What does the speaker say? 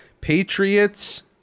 Patriots